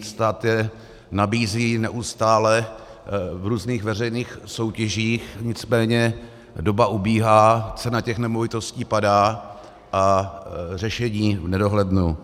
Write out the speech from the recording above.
Stát je nabízí neustále v různých veřejných soutěžích, nicméně doba ubíhá, cena těch nemovitostí padá a řešení v nedohlednu.